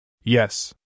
Yes